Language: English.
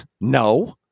no